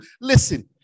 Listen